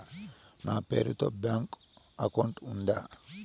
మీ పేరు తో bank account ఉందా?